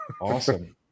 Awesome